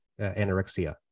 anorexia